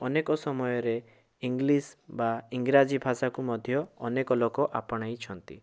ଅନେକ ସମୟରେ ଇଂଲିଶ୍ ବା ଇଂରାଜୀ ଭାଷାକୁ ମଧ୍ୟ ଅନେକ ଲୋକ ଆପଣାଇଛନ୍ତି